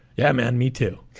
yeah, man, me too